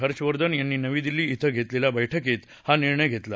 हर्षवर्धन यांनी नवी दिल्ली श्वें घेतलेल्या बैठकीत हा निर्णय घेतला